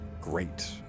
great